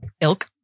ilk